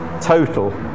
total